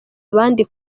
abandi